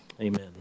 amen